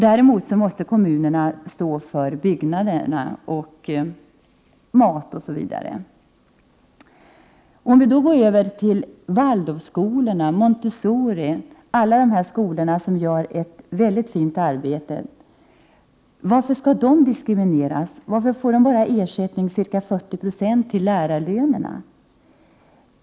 Däremot måste kommunerna stå för byggnader, skolmat osv. Varför skall Waldorfskolorna, Montessoriskolorna och alla andra skolor som gör ett väldigt fint arbete diskrimineras? Varför får dessa bara ersättning för ca 40 90 av lärarlönerna?